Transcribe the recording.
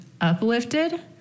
uplifted